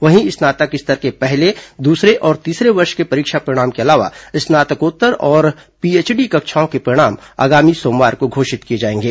वहीं स्नातक स्तर के पहले दूसरे और तीसरे वर्ष के परीक्षा परिणाम के अलावा स्नातकोत्तर तथा पीएचडी कक्षाओं के परिणाम आगामी सोमवार को घोषित किए जाएंगे